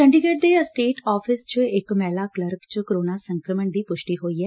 ਚੰਡੀਗੜ ਦੇ estate office ਚ ਇਕ ਮਹਿਲਾ ਕਲਰਕ ਚ ਕੋਰੋਨਾ ਸੰਕਰਮਣ ਦੀ ਪੁਸ਼ਟੀ ਹੋਈ ਏ